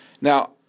Now